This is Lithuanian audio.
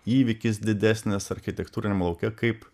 įvykis didesnis architektūriniam lauke kaip